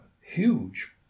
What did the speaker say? huge